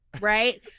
Right